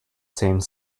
same